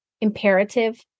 imperative